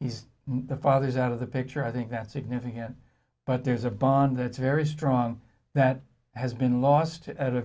he's the father is out of the picture i think that significant but there's a bond that's very strong that has been lost at a